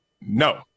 No